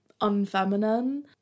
unfeminine